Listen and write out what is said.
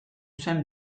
zen